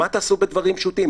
מה תעשו בדברים פשוטים?